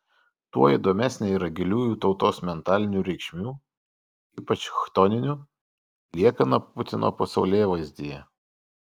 tuo įdomesnė yra giliųjų tautos mentalinių reikšmių ypač chtoninių liekana putino pasaulėvaizdyje